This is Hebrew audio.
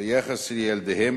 ביחס לילדיהם,